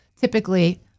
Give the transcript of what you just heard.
typically